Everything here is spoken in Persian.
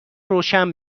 روشن